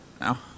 Now